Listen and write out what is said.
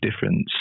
difference